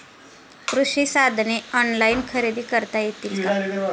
कृषी साधने ऑनलाइन खरेदी करता येतील का?